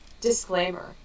Disclaimer